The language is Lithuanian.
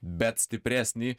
bet stipresnį